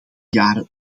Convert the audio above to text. jaren